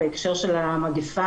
בהקשר של המגיפה,